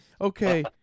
okay